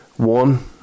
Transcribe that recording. One